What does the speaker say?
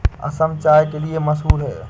असम चाय के लिए मशहूर है